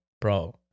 bro